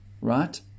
right